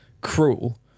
cruel